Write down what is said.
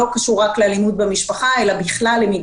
שלא קשורה רק לאלימות במשפחה אלא בכלל למיגור האלימות בחברה הערבית.